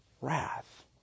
wrath